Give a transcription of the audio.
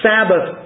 Sabbath